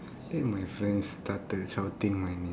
then my friend started shouting my name